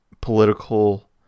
political